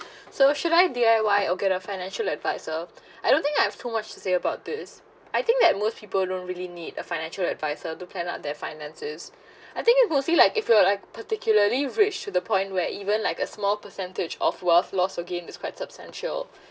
so should I D_I_Y or get a financial advisor I don't think I have too much to say about this I think that most people don't really need a financial advisor to plan out their finances I think it could say like if you were like particularly rich to the point where even like a small percentage of worth loss again is quite substantial